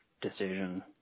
decision